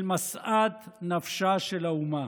אל משאת נפשה של האומה.